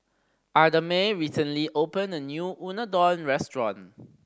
Idamae recently opened a new Unadon restaurant